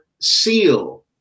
seal